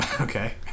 Okay